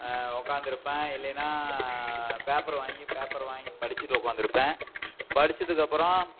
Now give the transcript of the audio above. உட்காந்திருப்பேன் இல்லைன்னால் பேப்பர் வாங்கி பேப்பர் வாங்கிப் படிச்சுட்டு உட்காந்திருப்பேன் படிச்சதுக்கப்புறம்